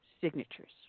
signatures